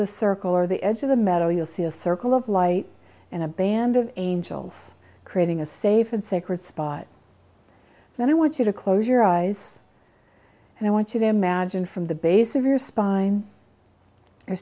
the circle or the edge of the meadow you'll see a circle of light and a band of angels creating a safe and sacred spot then i want you to close your eyes and i want you to imagine from the base of your spine